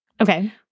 Okay